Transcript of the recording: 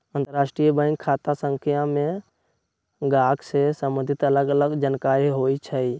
अंतरराष्ट्रीय बैंक खता संख्या में गाहक से सम्बंधित अलग अलग जानकारि होइ छइ